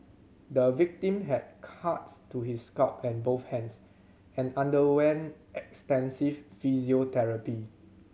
the victim had cuts to his scalp and both hands and underwent extensive physiotherapy